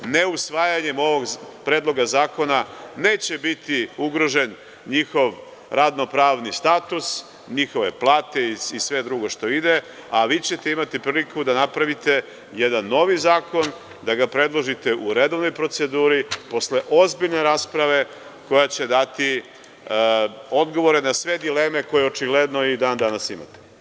Ne usvajanjem ovog Predloga zakona neće biti ugrožen njihov ravnopravni status, njihove plate i sve drugo što ide, a vi ćete imati priliku da napravite jedan novi zakon, da ga predložite u redovnoj proceduri posle ozbiljne rasprave koja će dati odgovore na sve dileme koje očigledno i dan danas imate.